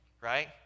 right